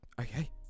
Okay